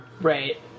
Right